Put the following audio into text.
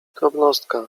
drobnostka